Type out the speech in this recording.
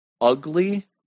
ugly